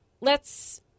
let's-